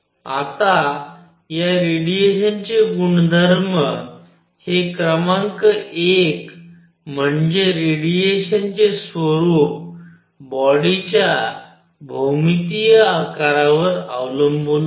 आता या रेडिएशनचे गुणधर्म हे क्रमांक एक म्हणजे रेडिएशनचे स्वरूप बॉडीच्या भौमितीय आकारावर अवलंबून नाही